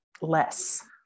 less